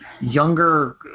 younger